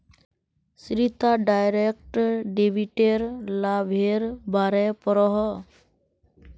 Shweta direct डेबिटेर लाभेर बारे पढ़ोहो